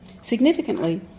Significantly